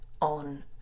on